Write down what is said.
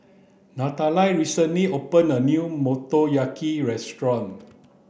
Natalia recently opened a new Motoyaki restaurant